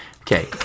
Okay